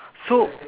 so